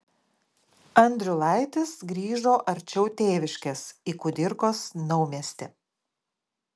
andriulaitis grįžo arčiau tėviškės į kudirkos naumiestį